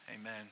Amen